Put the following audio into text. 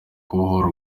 kubohora